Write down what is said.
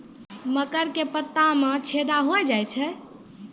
मकर के पत्ता मां छेदा हो जाए छै?